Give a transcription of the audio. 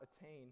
attain